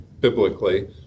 biblically